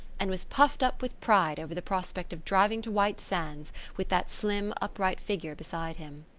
and was puffed up with pride over the prospect of driving to white sands with that slim, upright figure beside him.